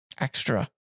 extra